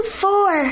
four